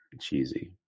cheesy